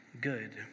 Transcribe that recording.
good